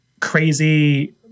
crazy